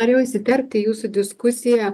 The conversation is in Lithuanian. norėjau įsiterpti į jūsų diskusiją